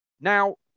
Now